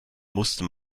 musste